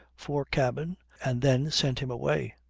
fore-cabin and then sent him away.